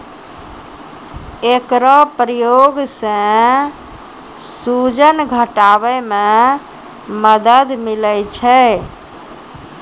एकरो प्रयोग सें सूजन घटावै म मदद मिलै छै